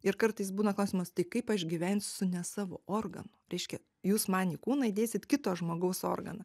ir kartais būna klausimas tik kaip aš gyvensiu su ne savo organu reiškia jūs man į kūną įdėsit kito žmogaus organą